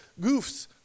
goofs